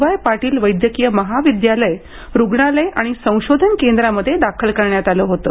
Y Patil वैद्यकीय महाविद्यालय रुग्णालय आणि संशोधन केंद्रामध्ये दाखल करण्यात आलं होतं